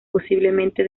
posiblemente